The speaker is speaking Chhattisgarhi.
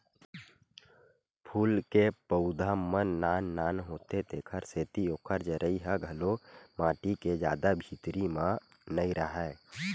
फूल के पउधा मन नान नान होथे तेखर सेती ओखर जरई ह घलो माटी के जादा भीतरी म नइ राहय